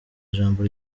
ijambo